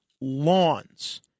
lawns